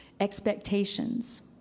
Expectations